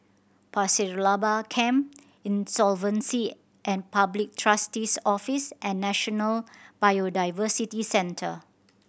Pasir Laba Camp Insolvency and Public Trustee's Office and National Biodiversity Centre